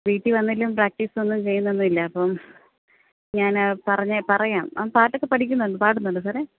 വീട്ടിൽ വന്നാലും പ്രാക്ടീസൊന്നും ചെയ്യുന്നൊന്നുമില്ല അപ്പം ഞാൻ പറഞ്ഞ് പറയാം അവൻ പാട്ടൊക്കെ പഠിക്കും പാടുന്നുണ്ടോ സാറെ